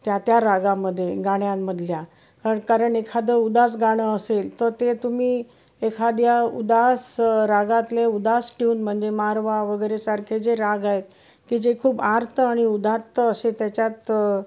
त्या त्या रागामध्ये गाण्यांमधल्या कारण एखादं उदास गाणं असेल तर ते तुम्ही एखाद्या उदास रागातले उदास ट्यून म्हणजे मारवा वगैरेसारखे जे राग आहेत की जे खूप आर्त आणि उदात्त असे त्याच्यात